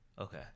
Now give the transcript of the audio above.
Okay